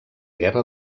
guerra